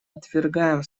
отвергаем